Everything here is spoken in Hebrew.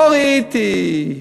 לא ראיתי,